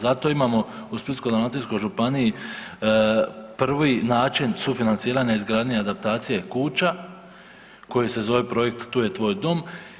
Zato imamo u Splitsko-dalmatinskoj županiji prvi način sufinanciranja i izgradnje i adaptacije kuća koji se zove projekt „Tu je tvoj dom“